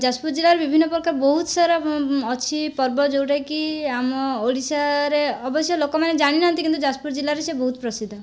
ଯାଜପୁର ଜିଲ୍ଲାରେ ବିଭିନ୍ନ ପ୍ରକାର ବହୁତ ସାରା ଅଛି ପର୍ବ ଯେଉଁଟାକି ଆମ ଓଡ଼ିଶାରେ ଅବଶ୍ୟ ଲୋକମାନେ ଜାଣିନାହାନ୍ତି କିନ୍ତୁ ଯାଜପୁର ଜିଲ୍ଲାରେ ସେ ବହୁତ ପ୍ରସିଦ୍ଧ